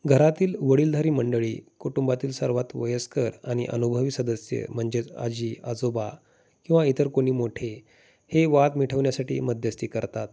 घरातील वडीलधारी मंडळी कुटुंबातील सर्वात वयस्कर आणि अनुभवी सदस्य म्हणजेच आजी आजोबा किंवा इतर कोणी मोठे हे वाद मिटवण्या्साठी मध्यस्ती करतात